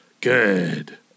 Good